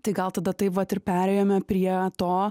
tai gal tada taip vat ir perėjome prie to